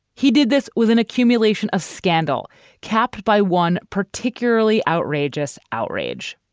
he did this with an accumulation of scandal capped by one particularly outrageous outrage,